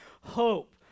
hope